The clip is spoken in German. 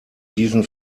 diesen